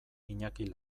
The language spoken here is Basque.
iñaki